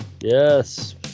Yes